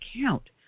count